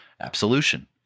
absolution